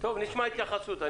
נשמע התייחסות.